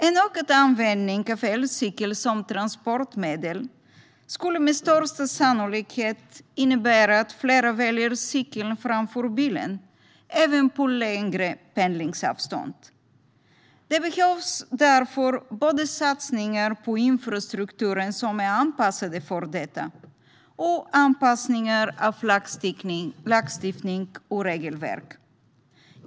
En ökad användning av elcykel som transportmedel skulle med största sannolikhet innebära att fler väljer cykeln framför bilen även på längre pendlingsavstånd. Det behövs därför både satsningar på att anpassa infrastrukturen för detta och anpassningar av lagstiftning och regelverk.